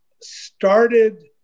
started